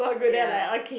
ya